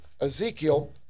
Ezekiel